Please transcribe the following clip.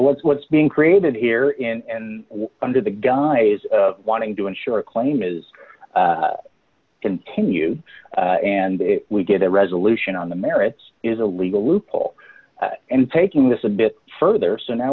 what's being created here in and under the guise of wanting to ensure a claim is continue and we get a resolution on the merits is a legal loophole and taking this a bit further so now